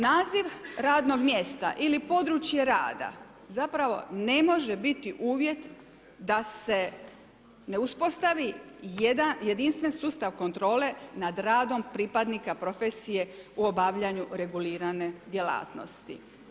Naziv radnog mjesta ili područje rada zapravo ne može biti uvjet da se ne uspostavi jedan jedinstven sustav kontrole nad radom pripadnika profesije u obavljanju regulirane djelatnosti.